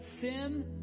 sin